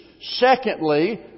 Secondly